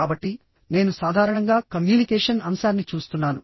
కాబట్టి నేను సాధారణంగా కమ్యూనికేషన్ అంశాన్ని చూస్తున్నాను